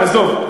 עזוב,